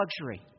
luxury